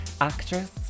actress